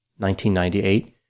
1998